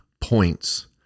points